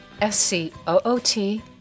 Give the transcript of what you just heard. S-C-O-O-T